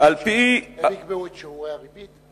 הם יקבעו את שיעורי הריבית?